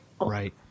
Right